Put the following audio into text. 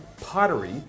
pottery